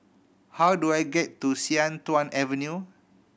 how do I get to Sian Tuan Avenue